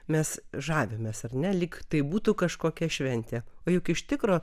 mes žavimės ar ne lyg tai būtų kažkokia šventė o juk iš tikro